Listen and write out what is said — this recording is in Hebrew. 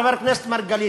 חבר הכנסת מרגלית,